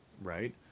right